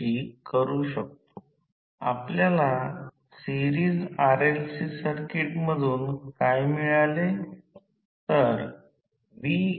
तर दुसरी गोष्ट म्हणजे अंदाजे सर्किट मॉडेल असे दर्शविले आहे